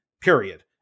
period